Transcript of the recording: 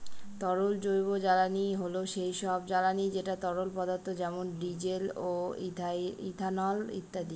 তরল জৈবজ্বালানী হল সেই সব জ্বালানি যেটা তরল পদার্থ যেমন ডিজেল, ইথানল ইত্যাদি